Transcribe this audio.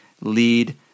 lead